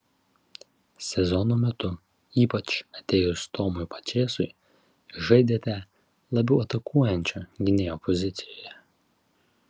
sezono metu ypač atėjus tomui pačėsui žaidėte labiau atakuojančio gynėjo pozicijoje